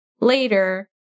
later